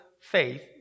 faith